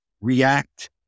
react